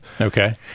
Okay